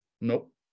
nope